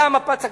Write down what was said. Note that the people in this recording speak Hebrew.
היה המפץ הגדול.